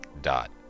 dot